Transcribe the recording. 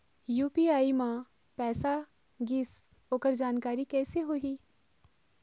UPI म पैसा गिस ओकर जानकारी कइसे होही?